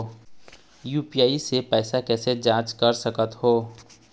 UPI से पैसा कैसे जाँच कर सकत हो?